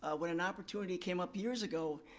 when an opportunity came up years ago,